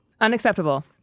Unacceptable